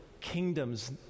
kingdoms